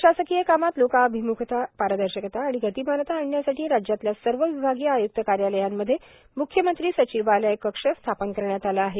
प्रशासकीय कामात लोकाभिमुखता पारदर्शकता आणि गतिमानता आणण्यासाठी राज्यातल्या सर्व विभागीय आय्क्त कार्यालयांमध्ये म्ख्यमंत्री सचिवालय कक्ष स्थापन करण्यात आला आहे